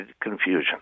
confusion